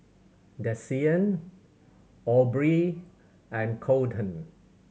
Desean Aubree and Colten